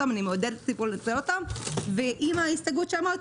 עם ההסתייגות שאמרת,